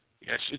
yes